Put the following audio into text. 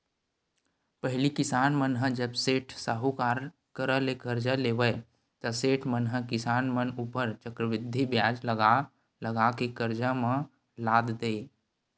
पहिली किसान मन ह जब सेठ, साहूकार करा ले करजा लेवय ता सेठ मन ह किसान मन ऊपर चक्रबृद्धि बियाज लगा लगा के करजा म लाद देय